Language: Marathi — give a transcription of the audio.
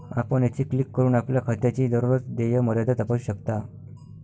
आपण येथे क्लिक करून आपल्या खात्याची दररोज देय मर्यादा तपासू शकता